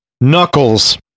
Knuckles